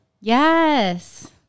Yes